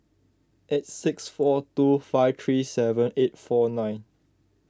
eight six four two five three seven eight four nine